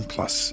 Plus